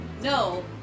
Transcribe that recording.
no